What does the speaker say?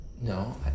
No